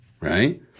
Right